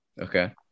Okay